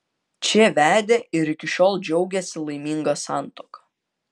čia vedė ir iki šiol džiaugiasi laiminga santuoka